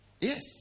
Yes